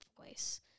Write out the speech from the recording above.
voice